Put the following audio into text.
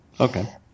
Okay